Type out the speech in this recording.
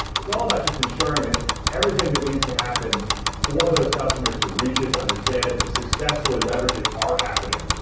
it's all about just ensuring that everything that needs to happen for those customers to reach it, to understand it, to successfully leverage it are happening.